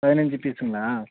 பதினஞ்சு பீஸுங்களா